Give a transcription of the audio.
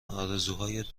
آرزوهایت